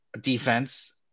defense